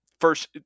first